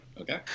Okay